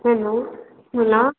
hello बोला